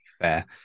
fair